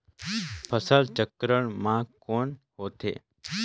फसल चक्रण मा कौन होथे?